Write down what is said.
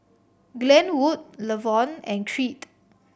Glenwood Levon and Creed